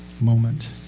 moment